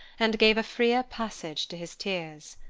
and gave a freer passage to his tears.